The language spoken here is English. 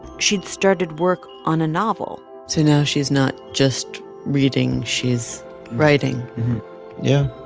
she'd started work on a novel so now she's not just reading, she's writing yeah.